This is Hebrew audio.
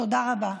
תודה רבה.